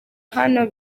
hano